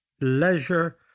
leisure